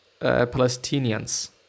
Palestinians